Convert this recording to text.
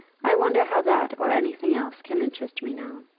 i wonder how that or any thing else can interest me now.